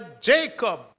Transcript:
Jacob